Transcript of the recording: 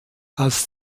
als